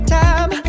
time